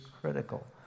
critical